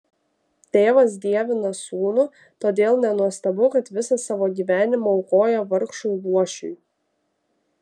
tėvas dievina sūnų todėl nenuostabu kad visą savo gyvenimą aukoja vargšui luošiui